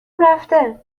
رفته